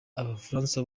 abafaransa